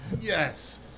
Yes